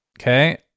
okay